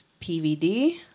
PVD